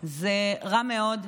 זה רע מאוד.